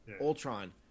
Ultron